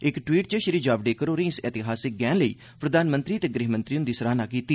इक टवीट् च श्री जावडेकर होरें इस ऐतिहासिक गैंह् लेई प्रघानमंत्री ते गृह मंत्री हुंदी सराह्ना कीती